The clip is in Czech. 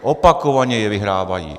Opakovaně je vyhrávají.